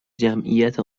جمعیت